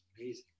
amazing